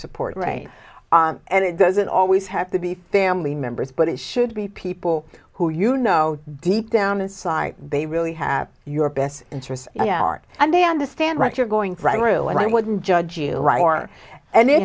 support rein and it doesn't always have to be family members but it should be people who you know deep down inside they really have your best interests at heart and they understand what you're going through and i wouldn't judge you